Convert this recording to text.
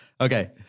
Okay